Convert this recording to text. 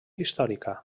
històrica